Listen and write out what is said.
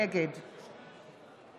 נגד אחמד טיבי, אינו נוכח דסטה גדי